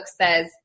says